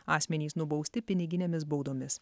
asmenys nubausti piniginėmis baudomis